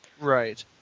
Right